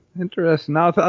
Interesting